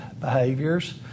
behaviors